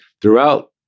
throughout